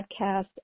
podcast